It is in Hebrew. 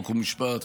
חוק ומשפט,